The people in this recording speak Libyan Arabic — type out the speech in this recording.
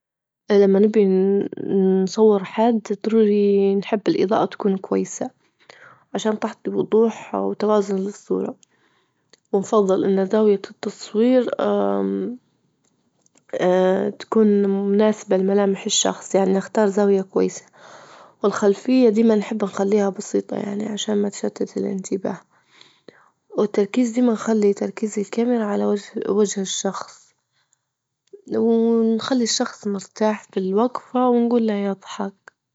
لما نبي نصور حد ضروري نحب الإضاءة تكون كويسة عشان تعطي وضوح وتوازن للصورة، ونفضل إن زاوية التصوير تكون مناسبة لملامح الشخص، يعني نختار زاوية كويسة، والخلفية ديما نحب نخليها بسيطة يعني عشان ما تشتت الإنتباه، والتركيز ديما نخلي تركيز الكاميرا على وجه- وجه الشخص، ونخلي الشخص مرتاح في الوجفة ونجول له يضحك.